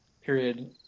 period